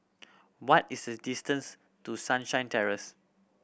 what is the distance to Sunshine Terrace